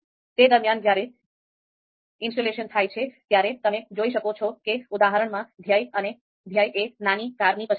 તે દરમિયાન જ્યારે ઇન્સ્ટોલેશન થાય છે ત્યારે તમે જોઈ શકો છો કે ઉદાહરણમાં ધ્યેય એ નાની કારની પસંદગી છે